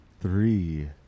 Three